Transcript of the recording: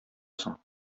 соң